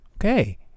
Okay